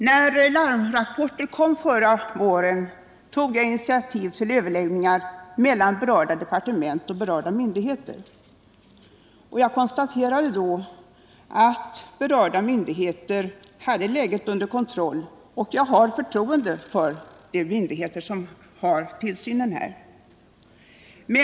När larmrapporter kom förra våren tog jag initiativ till överläggningar mellan de berörda departementen och myndigheterna. Jag konstaterade då att dessa myndigheter hade läget under kontroll, och jag har förtroende för de organ som utövar tillsynen på detta område.